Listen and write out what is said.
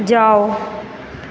जाओ